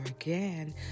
again